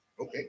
Okay